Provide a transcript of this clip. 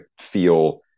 feel